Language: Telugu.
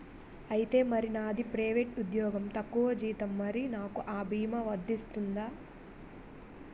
ఐతే మరి నాది ప్రైవేట్ ఉద్యోగం తక్కువ జీతం మరి నాకు అ భీమా వర్తిస్తుందా?